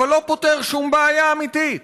אבל לא פותר שום בעיה אמיתית.